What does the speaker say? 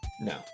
No